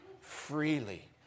freely